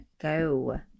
go